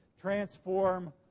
transform